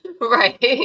right